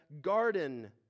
garden